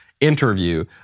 interview